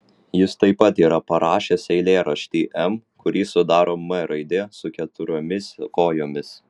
jis taip pat yra parašęs eilėraštį m kurį sudaro m raidė su keturiomis kojomis